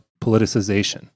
politicization